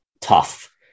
tough